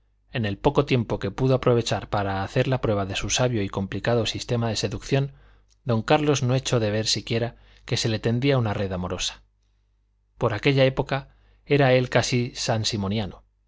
en el poco tiempo que pudo aprovechar para hacer la prueba de su sabio y complicado sistema de seducción don carlos no echó de ver siquiera que se le tendía una red amorosa por aquella época era él casi sansimoniano